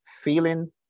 feeling